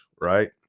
right